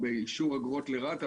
באישור אגרות לרת"א,